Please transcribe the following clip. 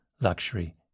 Luxury